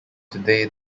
today